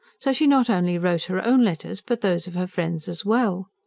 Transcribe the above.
so she not only wrote her own letters, but those of her friends as well.